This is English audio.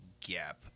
gap